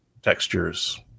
textures